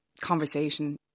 conversation